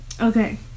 Okay